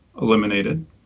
eliminated